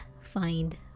find